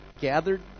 gathered